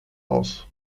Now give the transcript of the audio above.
aus